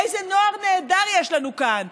איזה נוער נהדר יש לנו כאן.